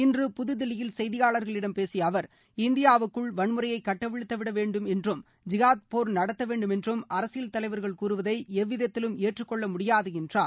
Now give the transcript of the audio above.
இன்று புதுதில்லியில் செய்தியாளர்களிடம் பேசிய அவர் இந்தியாவுக்குள் வன்முறையை கட்டவிழுத்துவிடவேண்டும் என்றும் ஜிகாத் போர் நடத்தவேண்டும் என்றும் அரசியல் தலைவர்கள் கூறுவதை எவ்விதத்திலும் ஏற்றுக்கொள்ள முடியாது என்றார்